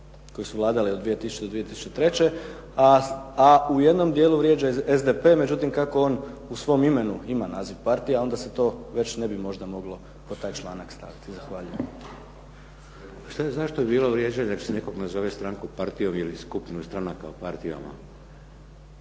koje su vladali od 2000. do 2003. A u jednom dijelu vrijeđa SDP, međutim kako on u svom imenu ima naziv partija onda se to već ne bi možda moglo pod taj članak staviti. Zahvaljujem. **Šeks, Vladimir (HDZ)** Zašto bi bilo vrijeđanje ako se nekoga nazove strankom partije ili skupinu stranaka partijama?